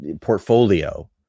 portfolio